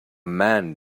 man